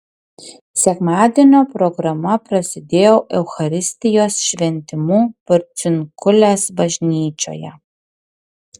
sekmadienio programa prasidėjo eucharistijos šventimu porciunkulės bažnyčioje